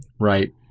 right